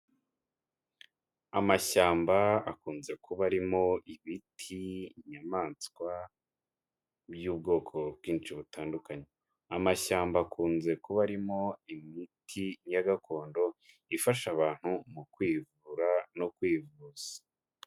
Amashyamba akunze kuba arimo ibiti, inyamaswa by'ubwoko bwinshi butandukanye. Amashyamba akunze kuba arimo imiti ya gakondo ifasha abantu mu kwivura no kwivuza.